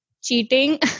cheating